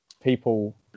people